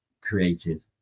created